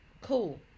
cool